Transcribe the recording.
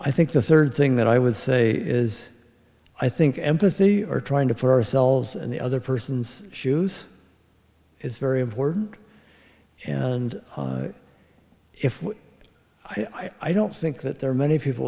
i think the third thing that i would say is i think empathy or trying to put ourselves in the other person's shoes is very important and if i don't think that there are many people